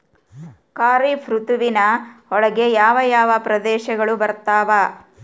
ಖಾರೇಫ್ ಋತುವಿನ ಒಳಗೆ ಯಾವ ಯಾವ ಪ್ರದೇಶಗಳು ಬರ್ತಾವ?